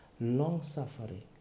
long-suffering